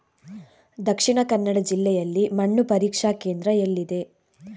ದಕ್ಷಿಣ ಕನ್ನಡ ಜಿಲ್ಲೆಯಲ್ಲಿ ಮಣ್ಣು ಪರೀಕ್ಷಾ ಕೇಂದ್ರ ಎಲ್ಲಿದೆ?